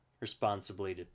responsibly